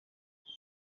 yaje